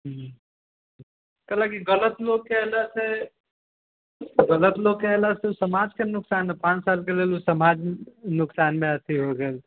काहे लए के गलत लोकके अयला से समाजके नुकसान ने पाँच सालके लेल नुकसानमे अथि भऽ गेल